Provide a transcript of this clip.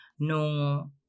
ng